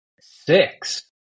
six